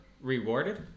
rewarded